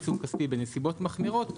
כספי בנסיבות מחמירות,